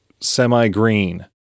semi-green